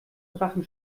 drachen